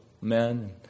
men